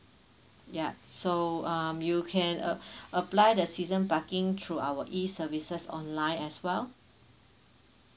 ya so um you can a~ apply the season parking through our e services online as well